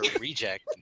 reject